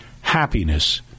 happiness